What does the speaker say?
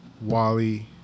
Wally